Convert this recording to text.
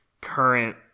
current